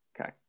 Okay